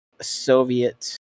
Soviet